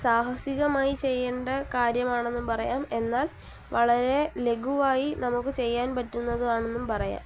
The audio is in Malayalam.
സാഹസികമായി ചെയ്യേണ്ട കാര്യമാണെന്നും പറയാം എന്നാൽ വളരെ ലഘുവായി നമുക്ക് ചെയ്യാൻ പറ്റുന്നതുമാണെന്നും പറയാം